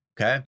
okay